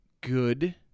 good